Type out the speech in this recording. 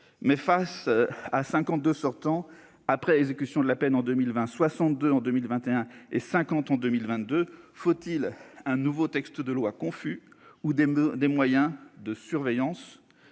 mais, face à 52 détenus sortant après exécution de la peine en 2020, 62 en 2021 et 50 en 2022, faut-il un nouveau texte de loi ... Oui !... confus ou des moyens de surveillance